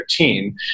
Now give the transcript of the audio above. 2013